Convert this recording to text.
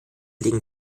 legen